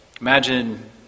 Imagine